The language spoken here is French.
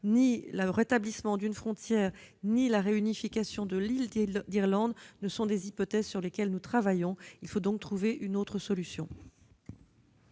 ni le rétablissement d'une frontière ni la réunification de l'île d'Irlande ne sont des hypothèses sur lesquelles nous travaillons. Il faut donc trouver une autre solution.